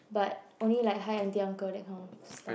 but only like hi aunty uncle that kind of stuff